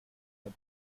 but